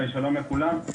שלום לכולם.